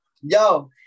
Yo